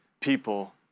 people